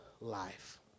life